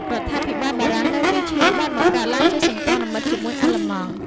រដ្ឋាភិបាលបារាំងនៅ វីឈី បានបង្កើតឡើងជាសម្ព័ន្ធមិត្តជាមួយអាល្លឺម៉ង់។